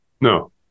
No